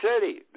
city